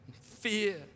fear